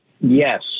Yes